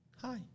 Hi